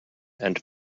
and